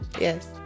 Yes